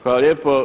Hvala lijepo.